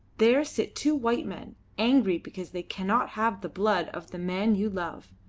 there sit two white men, angry because they cannot have the blood of the man you love.